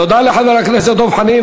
תודה לחבר הכנסת דב חנין.